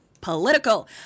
Political